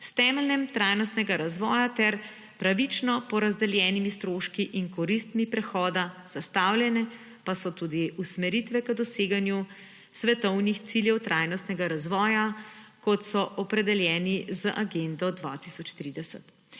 s temeljem trajnostnega razvoja ter pravično porazdeljenimi stroški in koristmi prehoda, zastavljene pa so tudi usmeritve k doseganju svetovnih ciljev trajnostnega razvoja, kot so opredeljeni z Agendo 2030.